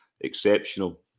Exceptional